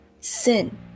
sin